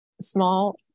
small